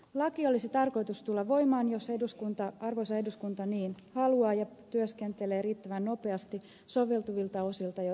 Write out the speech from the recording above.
lain olisi tarkoitus tulla voimaan jos arvoisa eduskunta niin haluaa ja työskentelee riittävän nopeasti soveltuvilta osilta jo eurovaalikampanjaan